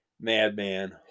Madman